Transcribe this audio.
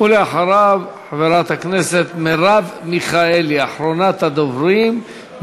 ואחריו חברת הכנסת מרב מיכאלי, אחרונת הדוברים.